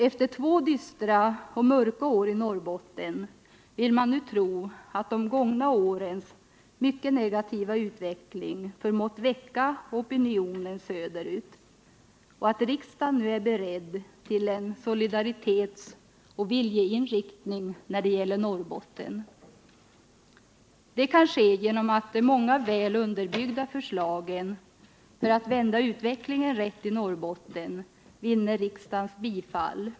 Efter två dystra och mörka år i Norrbotten vill man nu tro att de gångna årens mycket negativa utveckling förmått väcka opinionen söderut och att riksdagen är beredd till en solidaritetsoch viljeinriktning när det gäller Norrbotten. Det kan ske genom att de många väl underbyggda förslagen för att vända utvecklingen rätt i Norrbotten vinner riksdagens bifall.